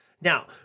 Now